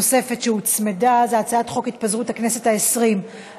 נספחות.] הצעת חוק נוספת שהוצמדה: הצעת חוק התפזרות הכנסת העשרים,